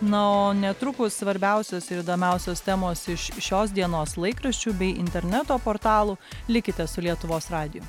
na o netrukus svarbiausios ir įdomiausios temos iš šios dienos laikraščių bei interneto portalų likite su lietuvos radiju